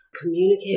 communicate